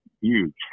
huge